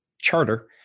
charter